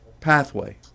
pathway